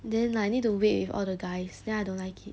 then I need to wait with all the guys then I don't like it